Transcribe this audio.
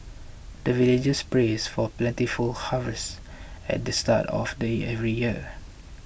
the villagers prays for plentiful harvest at the start of the every year